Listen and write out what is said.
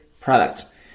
products